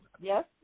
Yes